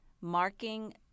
marking